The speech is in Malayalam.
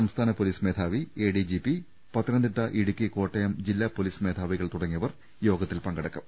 സംസ്ഥാന പൊലീസ് മേധാവി A D G P Pathanamthitta Idukki Kottayam ജില്ലാ പൊലീസ് മേധാവികൾ തുടങ്ങിയവർ യോഗത്തിൽ പങ്കെടുക്കും